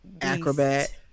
acrobat